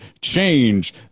change